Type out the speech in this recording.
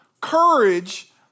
courage